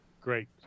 Great